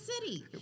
city